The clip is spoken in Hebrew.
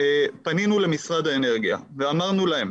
פנינו למשרד האנרגיה ואמרנו להם